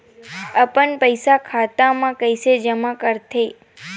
अपन पईसा खाता मा कइसे जमा कर थे?